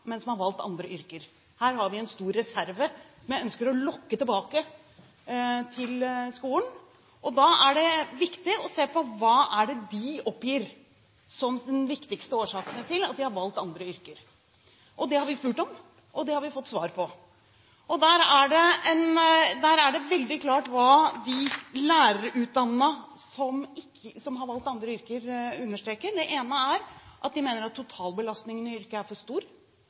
har valgt andre yrker. Her har vi en stor reserve, som jeg ønsker å lokke tilbake til skolen. Da er det viktig å se på: Hva er det de oppgir som den viktigste årsaken til at de har valgt andre yrker? Det har vi spurt om, og det har vi fått svar på. Der er det veldig klart hva de lærerutdannede som har valgt andre yrker, understreker. Det ene er at de mener at totalbelastningen i yrket er for stor.